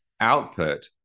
output